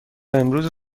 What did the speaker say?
امروز